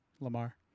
Lamar